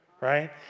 right